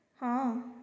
ହଁ